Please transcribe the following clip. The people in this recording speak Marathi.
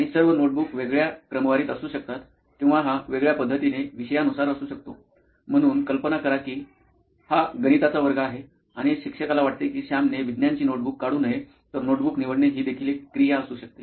आणि सर्व नोटबुक वेगळ्या क्रमवारीत असू शकतात किंवा हा वेगळ्या पद्धतीने विषयानुसार असू शकतो म्हणून कल्पना करा की हा हा गणिताचा वर्ग आहे आणि शिक्षकाला वाटते कि सॅम ने विज्ञान ची नोटबुक काढू नये तर नोटबुक निवडणे हि देखील एक क्रिया असू शकते